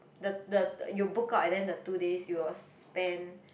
the the you book out and then the two days you will spend